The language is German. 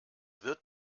wird